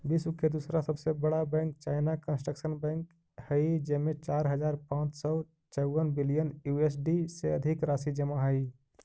विश्व के दूसरा सबसे बड़ा बैंक चाइना कंस्ट्रक्शन बैंक हइ जेमें चार हज़ार पाँच सौ चउवन बिलियन यू.एस.डी से अधिक राशि जमा हइ